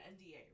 NDA